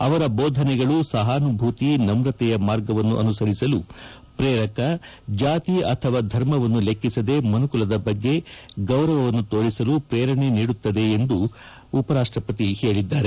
ಅವರ ಬೋಧನೆಗಳು ಸಹಾನುಭೂತಿ ನವುತೆಯ ಮಾರ್ಗವನ್ನು ಅನುಸರಿಸಲು ಪ್ರೇರಕ ಜಾತಿ ಅಥವಾ ಧರ್ಮವನ್ನು ಲೆಕ್ಕಿಸದೆ ಮನುಕುಲದ ಬಗ್ಗೆ ಗೌರವವನ್ನು ತೋರಿಸಲು ಪ್ರೇರಣೆ ನೀಡುತ್ತದೆ ಎಂದಿದ್ದಾರೆ